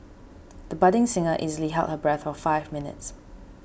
the budding singer easily held her breath for five minutes